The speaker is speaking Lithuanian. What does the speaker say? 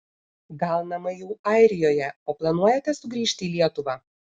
gal namai jau airijoje o planuojate sugrįžti į lietuvą